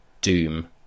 doom